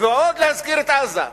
ועוד להזכיר את עזה?